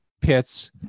pits